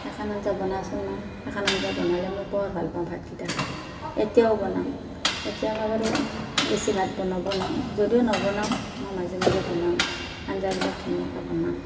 সেইখন আঞ্জা বনাচোন মা সেইখন আঞ্জা বনালে মোৰ বহুত ভাল পাওঁ ভাতকিটা খাই এতিয়াও বনাওঁ এতিয়া মই বাৰু বেছি ভাত নবনাওঁ যদিও নবনাওঁ মই মাজে মাজে বনাওঁ আঞ্জাবিলাক ধুনীয়াকৈ বনাওঁ